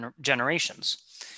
generations